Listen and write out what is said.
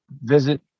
visit